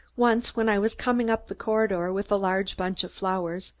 once when i was coming up the corridor with a large bunch of flowers,